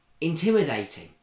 intimidating